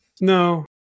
No